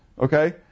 okay